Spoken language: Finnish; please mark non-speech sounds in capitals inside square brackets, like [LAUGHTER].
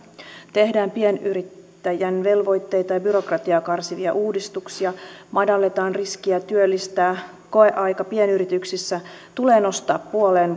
tehdään pienyrittäjän velvoitteita ja byrokratiaa karsivia uudistuksia madalletaan riskiä työllistää koeaika pienyrityksissä tulee nostaa puoleen [UNINTELLIGIBLE]